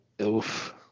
Oof